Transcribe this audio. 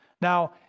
Now